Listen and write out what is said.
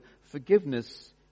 forgiveness